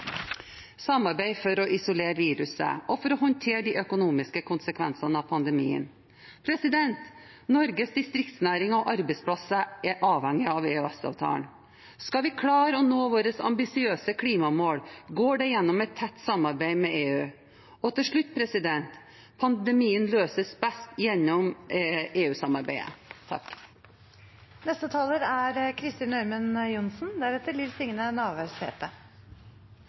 samarbeid for å isolere viruset og for å håndtere de økonomiske konsekvensene av pandemien. Norges distriktsnæringer og arbeidsplasser er avhengige av EØS-avtalen. Skal vi klare å nå våre ambisiøse klimamål, må det skje gjennom et tett samarbeid med EU. Til slutt: Pandemien løses best gjennom